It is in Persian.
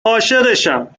عاشقشم